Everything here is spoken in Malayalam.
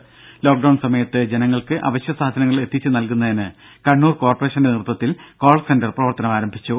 രുര ലോക്ക്ഡൌൺ സമയത്ത് ജനങ്ങൾക്ക് അവശ്യ സാധനങ്ങൾ എത്തിച്ചു നൽകുന്നതിന് കണ്ണൂർ കോർപ്പറേഷന്റെ നേതൃത്വത്തിൽ കോൾ സെന്റർ പ്രവർത്തനം തുടങ്ങി